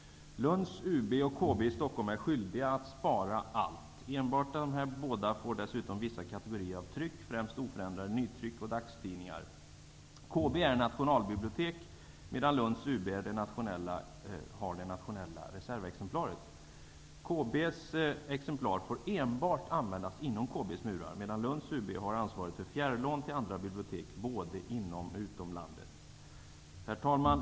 Lunds universitetsbibliotek och KB i Stockholm är skyldiga att spara allt. Enbart dessa båda får dessutom vissa kategorier av tryck, främst oförändrade nytryck och dagstidningar. KB är nationalbibliotek, medan Lunds universitetsbibliotek har det nationella reservexemplaret. KB:s exemplar får användas enbart inom KB:s murar, medan universitetsbiblioteket i Lund har ansvaret för fjärrlån till andra bibliotek -- både inom och utom landet. Herr talman!